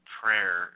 prayer